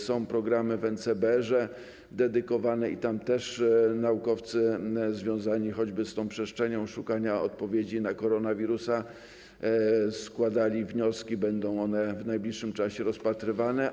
Są programy dedykowane w NCBR i tam też naukowcy związani choćby z tą przestrzenią szukania odpowiedzi na koronawirusa składali wnioski, będą one w najbliższym czasie rozpatrywane.